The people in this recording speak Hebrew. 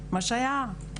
כמו ששמענו